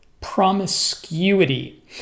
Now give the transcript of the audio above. promiscuity